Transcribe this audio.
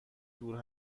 دور